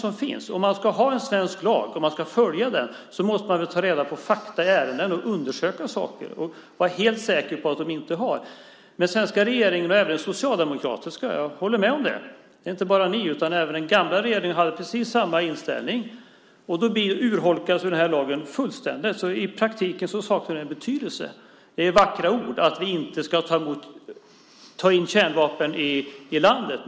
Om man ska ha en svensk lag och följa den måste man ta reda på fakta i ärendet, undersöka saker och vara helt säker. Ja, den socialdemokratiska regeringen - jag håller med om det, inte bara ni utan även den gamla regeringen - hade precis samma inställning som ni. Då urholkas den här lagen fullständigt. I praktiken saknar den betydelse. Det är vackra ord om att vi inte ska ta in kärnvapen i landet.